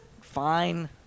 Fine